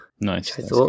Nice